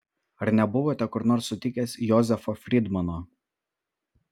ar nebuvote kur nors susitikęs jozefo frydmano